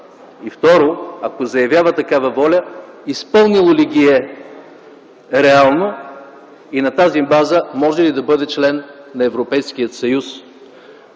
И, второ, ако се явява такава воля, изпълнило ли ги е реално и на тази база може ли да бъде член на Европейския съюз.